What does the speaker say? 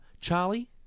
Charlie